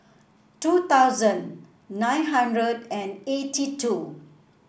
two thousand nine hundred and eighty two